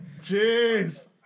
Jeez